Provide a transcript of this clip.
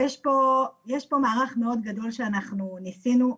יש פה מערך מאוד גדול שאנחנו ניסינו.